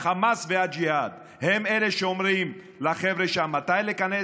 החמאס והג'יהאד הם אלה שאומרים לחבר'ה שם מתי להיכנס,